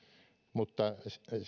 mutta